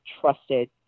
trusted